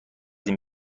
این